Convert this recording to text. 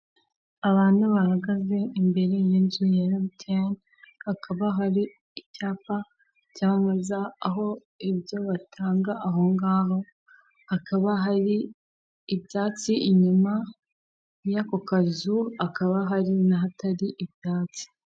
Abantu bahagaze imbere y'inzu ya emutiyeni hakaba hari icyapa cyamamaza aho ibyo batanga ahongaho hakaba hari ibyatsi inyuma y'ako kazu akaba n'ahatari ibyatsi.